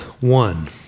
one